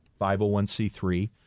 501c3